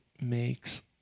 makes